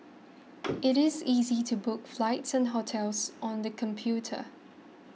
it is easy to book flights and hotels on the computer